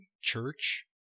church